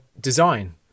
design